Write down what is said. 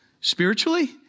Spiritually